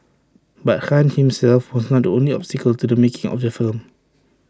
but Khan himself was not the only obstacle to the making of the film